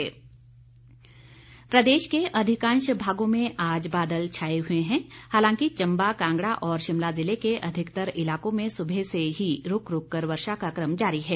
मौसम प्रदेश के अधिकांश भागों में आज बादल छाए हुए हैं हालांकि चंबा कांगड़ा और शिमला जिले के अधिकतर इलाकों में सुबह से रुक रुक कर वर्षा का क्रम जारी है